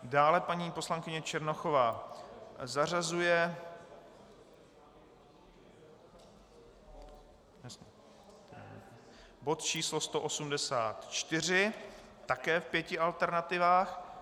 Dále paní poslankyně Černochová zařazuje bod číslo 184 také v pěti alternativách.